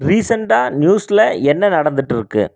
ரீசண்டாக நியூஸில் என்ன நடந்துகிட்டு இருக்குது